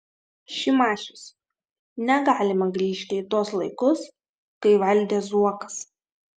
šimašius negalima grįžti į tuos laikus kai valdė zuokas